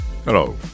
Hello